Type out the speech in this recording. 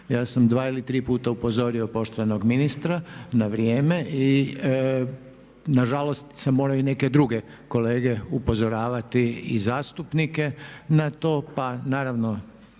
Ja sam dva ili tri puta upozorio poštovanog ministra na vrijeme. Nažalost sam morao i neke druge kolege upozoravati i zastupnike na to, pa naravno